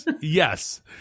yes